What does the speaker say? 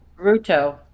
Ruto